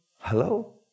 hello